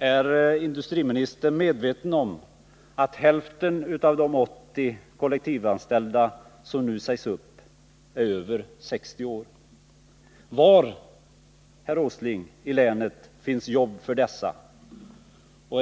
Är industriministern medveten om att hälften av de 80 kollektivanställda som nu sägs upp är över 60 år? Var i länet, herr Åsling, finns jobb för dessa?